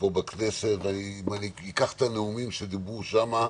ואם אני אקח את הנאומים שדיברו שם,